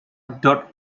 dot